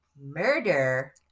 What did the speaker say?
murder